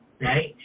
right